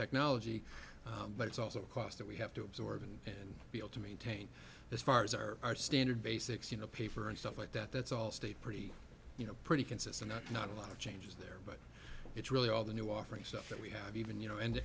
technology but it's also a cost that we have to absorb and be able to maintain as far as our standard basics you know paper and stuff like that that's all stayed pretty you know pretty consistent not a lot of changes there it's really all the new offerings stuff that we have even you know and